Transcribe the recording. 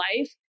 life